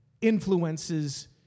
influences